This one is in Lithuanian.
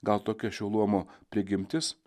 gal tokia šio luomo prigimtis